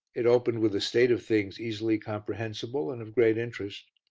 it opened with a state of things easily comprehensible and of great interest.